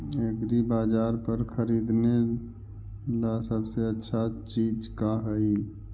एग्रीबाजार पर खरीदने ला सबसे अच्छा चीज का हई?